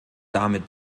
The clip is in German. damit